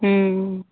हुँ